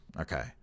Okay